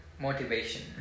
motivation